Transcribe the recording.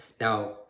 Now